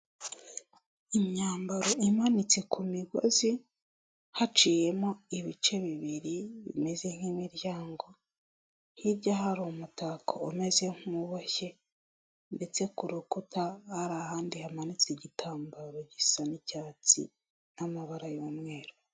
Imyambaro imanitse ku migozi haciyemo ibice bibiri bimeze nk'imiryango hirya hari umutako umeze nkuboshye, ndetse ku rukuta hari ahandi hamanitse igitambaro gisa n'icyatsi n'amabara y'umweru.